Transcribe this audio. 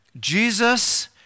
Jesus